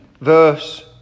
verse